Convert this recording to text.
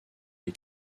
des